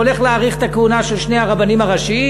הוא הולך להאריך את הכהונה של שני הרבנים הראשיים.